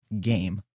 game